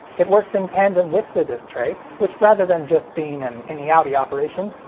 it works in tandem with the disc tray, which rather than just being an inny-outty operation,